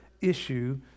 issue